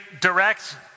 direct